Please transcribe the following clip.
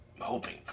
hoping